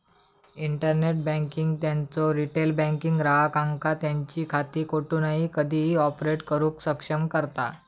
internet banking त्यांचो retail banking ग्राहकांका त्यांची खाती कोठूनही कधीही ऑपरेट करुक सक्षम करता